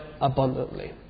abundantly